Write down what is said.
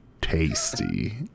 tasty